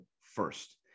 first